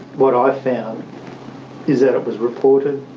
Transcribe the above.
what i found is that it was reported, a